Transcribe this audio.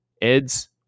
Ed's